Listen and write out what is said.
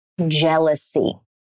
Jealousy